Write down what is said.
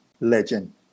legend